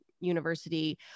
University